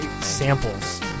samples